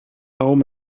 home